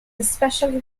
especially